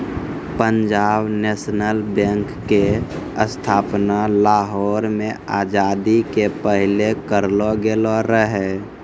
पंजाब नेशनल बैंक के स्थापना लाहौर मे आजादी के पहिले करलो गेलो रहै